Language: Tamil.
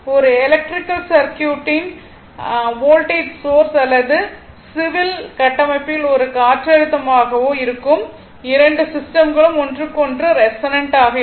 ஒரு எலக்ட்ரிக் சர்க்யூட்டின் வோல்டேஜ் சோர்ஸ் அல்லது சிவில் கட்டமைப்பில் ஒரு காற்றழுத்தமாகவோ இருக்கும் 2 சிஸ்டம்களும் ஒன்றுக்கொன்று ரெசோனன்ட் ஆக இருக்கும்